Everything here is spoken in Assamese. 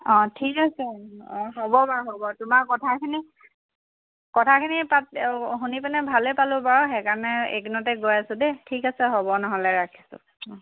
অঁ ঠিক আছে অঁ হ'ব বাৰু হ'ব তোমাৰ কথাখিনি কথাখিনি শুনি পিনে ভালেই পালোঁ বাৰু সেইকাৰণে এই কিদিনতে গৈ আছোঁ দেই ঠিক আছে হ'ব নহ'লে ৰাখিছোঁ